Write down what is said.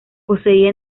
poseía